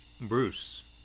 Bruce